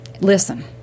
Listen